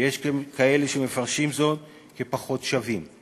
ויש כאלה שמפרשים זאת כפחות שווים,